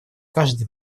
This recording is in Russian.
каждый